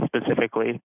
specifically